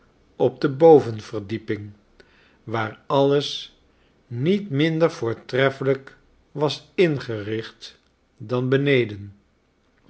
op de bovenverdieping waar alles niet minder voortreffelijk was ingericht dan beneden